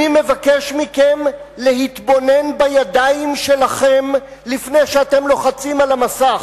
אני מבקש מכם להתבונן בידיים שלכם לפני שאתם לוחצים על המסך,